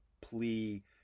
plea